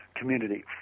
community